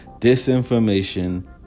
disinformation